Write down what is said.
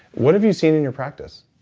what have you seen in your practice?